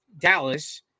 Dallas